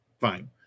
fine